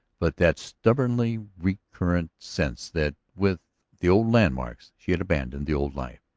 but that stubbornly recurrent sense that with the old landmarks she had abandoned the old life,